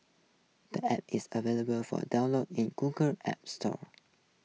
the App is available for download in Google's App Store